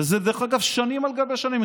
ודרך אגב, זה שנים על גבי שנים.